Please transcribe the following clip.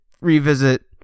revisit